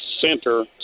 center